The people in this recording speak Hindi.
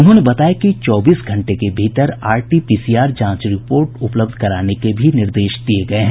उन्होंने बताया कि चौबीस घंटे के भीतर आरटीपीसीआर जांच रिपोर्ट उपलब्ध कराने के भी निर्देश दिये गये हैं